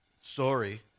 Sorry